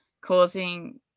causing